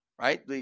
right